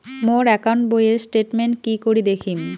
মোর account বইয়ের statement কি করি দেখিম?